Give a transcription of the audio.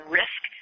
risk